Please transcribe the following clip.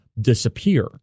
disappear